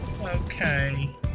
Okay